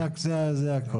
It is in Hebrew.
זה הכל.